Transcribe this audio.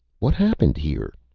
what happened here?